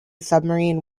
submarine